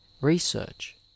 research